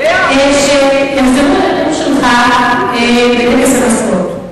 יכול להיות שקיבלנו כסף בלי שאני יודע?